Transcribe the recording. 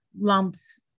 lumps